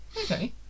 Okay